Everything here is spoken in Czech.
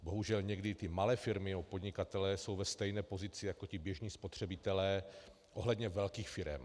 Bohužel někdy malé firmy nebo podnikatelé jsou ve stejné pozici jako ti běžní spotřebitelé ohledně velkých firem.